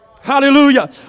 Hallelujah